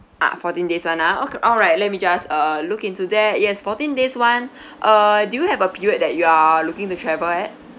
ah fourteen days one ah o~ alright let me just uh look into that yes fourteen days one uh do you have a period that you are looking to travel at